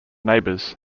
neighbours